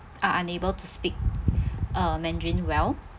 are unable to speak uh mandarin well